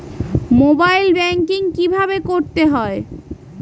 Mobile banking কীভাবে করতে হয়?